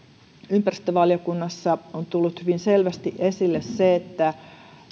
ympäristövaliokunnassa on tullut hyvin selvästi esille se että